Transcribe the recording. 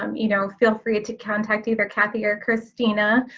um you know, feel free to contact either kathy or cristina.